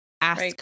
ask